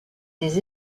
des